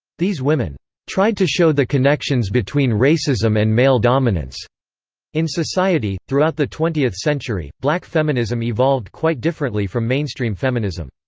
these women tried to show the connections between racism and male dominance in society throughout the twentieth century, black feminism evolved quite differently from mainstream feminism.